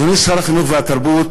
אדוני שר החינוך והתרבות,